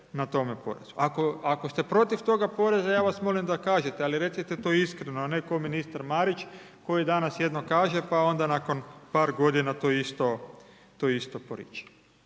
na tom porezu. Ako ste protiv toga poreza, ja vas molim da kažete, ali recite to iskreno, a ne ko ministar Marić koji danas jedno kaže, pa onda nakon par godina to isto, to isto